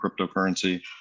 cryptocurrency